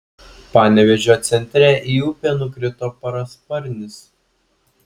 panevėžio centre į upę nukrito parasparnis